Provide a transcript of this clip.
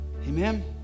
Amen